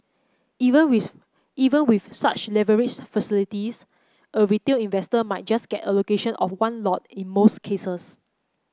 even with even with such leverage facilities a retail investor might just get allocation of one lot in most cases